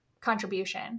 contribution